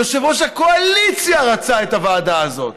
יושב-ראש הקואליציה רצה את הוועדה הזאת.